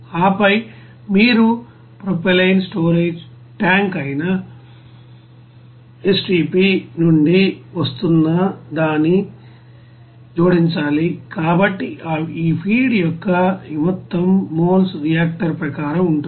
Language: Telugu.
ఆపై మీరు ప్రొపైలిన్ స్టోరేజ్ ట్యాంక్ అయిన STP నుండి వస్తున్నదాన్ని జోడించాలి కాబట్టి ఈ ఫీడ్ యొక్క ఈ మొత్తం మోల్స్ రియాక్టర్ ప్రకారం ఉంటుంది